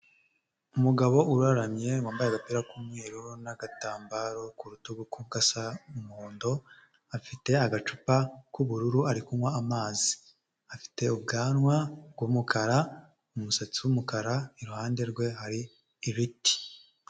Umugabo uraramye wambaye agapira k'umweru n'agatambaro ku rutugu ko gasa umuhondo, afite agacupa k'ubururu ari kunywa amazi, afite ubwanwa bw'umukara, umusatsi w'umukara iruhande rwe hari ibiti.